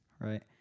right